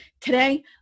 today